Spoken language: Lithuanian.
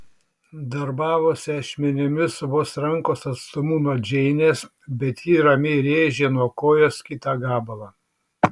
darbavosi ašmenimis vos rankos atstumu nuo džeinės bet ji ramiai rėžė nuo kojos kitą gabalą